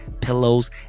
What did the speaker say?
pillows